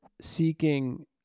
seeking